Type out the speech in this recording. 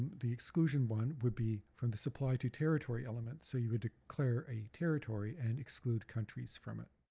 the exclusion one would be from the supply to territory element. so you would declare a territory and exclude countries from it.